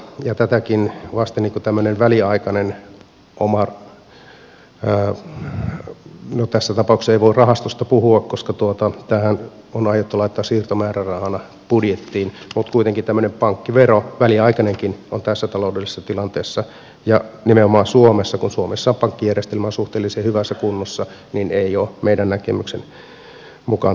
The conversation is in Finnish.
ja tätäkin vasten tämmöinen väliaikainen no tässä tapauksessa ei voi rahastosta puhua koska tämähän on aiottu laittaa siirtomäärärahana budjettiin mutta kuitenkin tämmöinen pankkivero väliaikainenkin tässä taloudellisessa tilanteessa ja nimenomaan suomessa kun suomessa pankkijärjestelmä on suhteellisen hyvässä kunnossa ei ole meidän näkemyksemme mukaan tarpeellinen